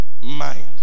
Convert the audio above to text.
Mind